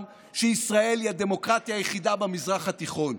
שישראל היא הדמוקרטיה היחידה במזרח התיכון,